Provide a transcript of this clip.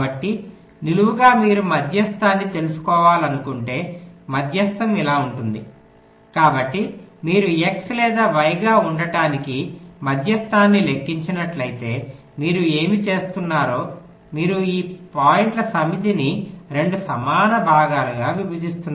కాబట్టి నిలువుగా మీరు మధ్యస్థాన్ని తెలుసుకోవాలనుకుంటే మధ్యస్థం ఇలా ఉంటుంది కాబట్టి మీరు x లేదా y గా ఉండటానికి మధ్యస్థాన్ని లెక్కించినట్లయితే మీరు ఏమి చేస్తున్నారో మీరు పాయింట్ల సమితిని 2 సమాన భాగాలుగా విభజిస్తున్నారు